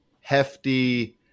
hefty